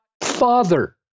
father